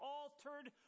altered